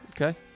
Okay